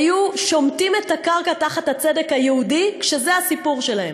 היו שומטים את הקרקע תחת הצדק היהודי כשזה הסיפור שלהם.